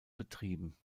betrieben